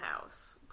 house